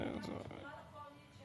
הייתה אמירה לקונית,